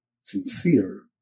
sincere